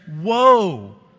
woe